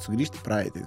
sugrįžt į praeitį